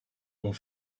ont